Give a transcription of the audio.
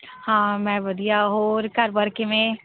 ਹਾਂ ਮੈਂ ਵਧੀਆ ਹੋਰ ਘਰ ਬਾਰ ਕਿਵੇਂ